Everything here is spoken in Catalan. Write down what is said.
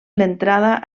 l’entrada